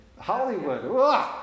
Hollywood